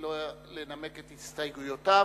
לנמק את הסתייגויותיו.